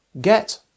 Get